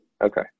Okay